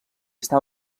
està